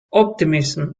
optimism